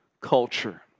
culture